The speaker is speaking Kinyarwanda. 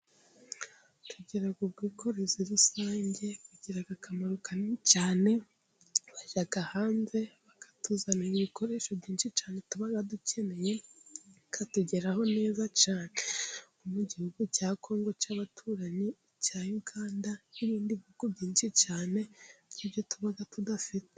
Tugira ubwikorezi rusange bugira akamaro kanini cyane, bajya hanze, bakatuzanira ibikoresho byinshi cyane tuba dukeneye, bikatugeraho neza cyane, mu igihugu cya Kongo cy'abaturanyi, icya Uganda n'ibindi bihugu byinshi cyane, ibyo tuba tudafite.